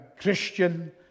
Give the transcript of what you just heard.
Christian